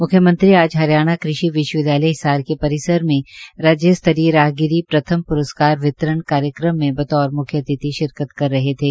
मुख्यमंत्री आज हरियाणा कृषि विश्वविद्यालय हिसार के परिसर में राज्य स्तरीय राहगिरी प्रथम पुरस्कार वितरण कार्यक्रम में बतौर मुख्यातिथि शिरकत कर रहे थे